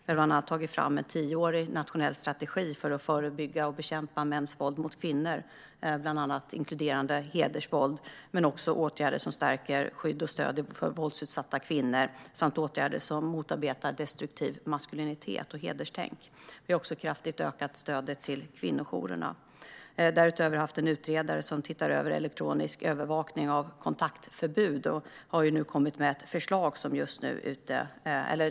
Vi har bland annat tagit fram en tioårig nationell strategi för att förebygga och bekämpa mäns våld mot kvinnor, inklusive hedersvåld, åtgärder som stärker skydd och stöd för våldsutsatta kvinnor och åtgärder för att motarbeta destruktiv maskulinitet och hederstänk. Vi har också kraftigt ökat stödet till kvinnojourerna. Därutöver har en utredare som tittar över elektronisk övervakning av kontaktförbud nu kommit med ett förslag.